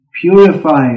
Purify